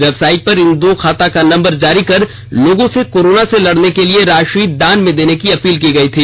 website पर इन दो खातों का नंबर जारी कर लोगों से कोरोना से लड़ने के लिए राशि दान में देने की अपील की गई थी